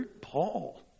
Paul